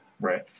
Right